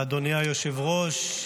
אדוני היושב-ראש,